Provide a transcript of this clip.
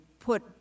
Put